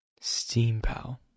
SteamPal